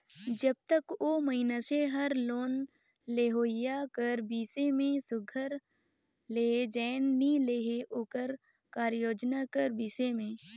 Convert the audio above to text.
जब तक ओ मइनसे हर लोन लेहोइया कर बिसे में सुग्घर ले जाएन नी लेहे ओकर कारयोजना कर बिसे में